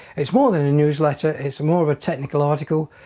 it's more than a newsletter it's more of a technical article.